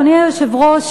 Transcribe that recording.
אדוני היושב-ראש,